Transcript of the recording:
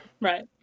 right